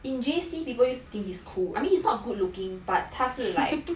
in J_C people used to think he is cool I mean it's not good looking but 他是 like